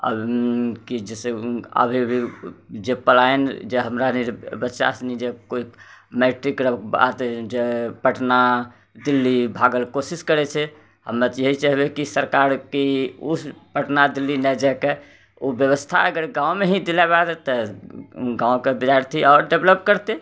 कि जइसे अभी भी जे पढ़ाइ हमरा बच्चासनि जे मैट्रिकके बाद जे पटना दिल्ली भागैलए कोशिश करै छै हमे तऽ इएह चाहबै कि सरकार कि उस पटना दिल्ली नहि जाइके ओ बेबस्था अगर गाँवमे ही दिलबा देतै गाँवके विद्यार्थी आओर डेवलप करतै